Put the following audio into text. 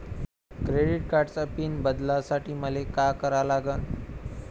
Credit कार्डाचा pin बदलासाठी मले का करा लागन?